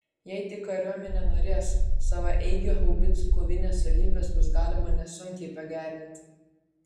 jei tik kariuomenė norės savaeigių haubicų kovinės savybės bus galima nesunkiai pagerinti